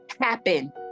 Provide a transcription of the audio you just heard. happen